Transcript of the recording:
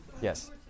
Yes